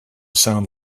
sound